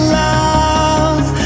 love